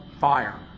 fire